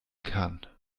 kann